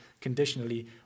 conditionally